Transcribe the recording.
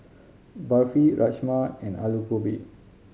Barfi Rajma and Alu Gobi